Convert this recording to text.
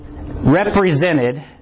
Represented